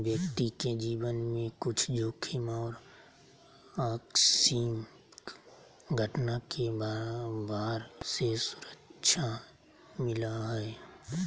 व्यक्ति के जीवन में कुछ जोखिम और आकस्मिक घटना के भार से सुरक्षा मिलय हइ